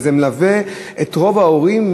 וזה מלווה את רוב ההורים,